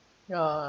ya